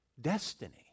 destiny